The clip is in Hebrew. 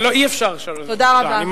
תודה רבה.